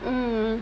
mmhmm